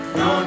no